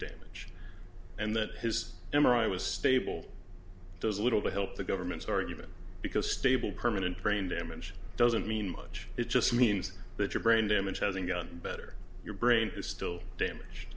damage and that his m r i was stable does little to help the government's argument because stable permanent brain damage doesn't mean much it just means that your brain damage hasn't gotten better your brain is still damage